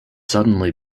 suddenly